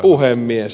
puhemies